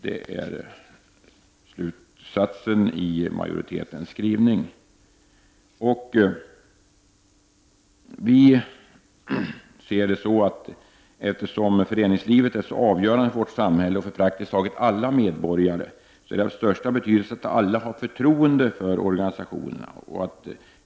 Det är slutsatsen i majoritetens skrivning. Eftersom föreningslivet är så avgörande för vårt samhälle och för praktiskt taget alla medborgare, är det av största betydelse att alla har förtroende för organisationerna.